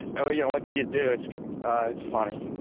ah yeah what can you do? it's ah funny.